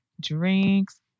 drinks